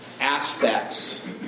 aspects